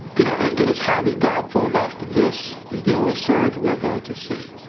you know, it is highly doubtful that this is the only surge we're going to see,